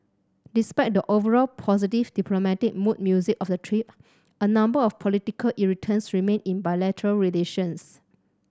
despite the overall positive diplomatic mood music of the trip a number of political irritants remain in bilateral relations